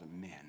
men